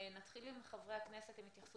נתחיל עם התייחסות של חברי הכנסת ולאחר